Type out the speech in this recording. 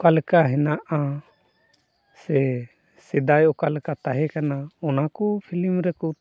ᱚᱠᱟ ᱞᱮᱠᱟ ᱦᱮᱱᱟᱜᱼᱟ ᱥᱮ ᱥᱮᱫᱟᱭ ᱚᱠᱟ ᱞᱮᱠᱟ ᱛᱟᱦᱮᱸ ᱠᱟᱱᱟ ᱚᱱᱟ ᱠᱚ ᱯᱷᱤᱞᱤᱢ ᱨᱮᱠᱚ